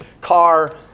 car